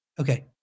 Okay